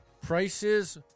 Prices